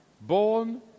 Born